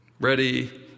ready